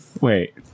Wait